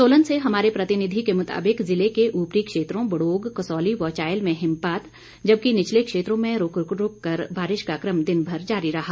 सोलन से हमारे प्रतिनिधि के मुताबिक जिले के उपरी क्षेत्रों बड़ोग कसौली व चायल में हिमपात जबकि निचले क्षेत्रों में रूक रूक कर बारिश का कम दिनभर जारी रहा